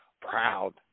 proud